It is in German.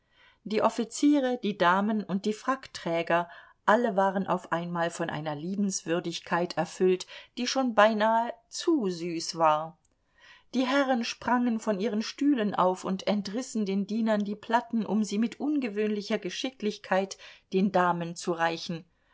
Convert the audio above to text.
die offiziere die damen und die frackträger alle waren auf einmal von einer liebenswürdigkeit erfüllt die schon beinahe zu süß war die herren sprangen von ihren stühlen auf und entrissen den dienern die platten um sie mit ungewöhnlicher geschicklichkeit den damen zu reichen